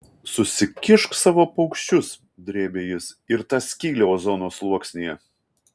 susikišk savo paukščius drėbė jis ir tą skylę ozono sluoksnyje